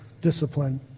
discipline